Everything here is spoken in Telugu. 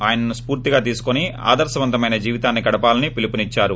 ఆయనను స్పూర్తిగా తీసుకుని ఆదర్పవంతమైన జీవితాన్ని గడపాలని పిలుపునిద్చారు